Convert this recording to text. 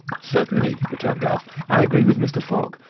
certainly, returned ralph. i agree with mr. fogg.